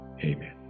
Amen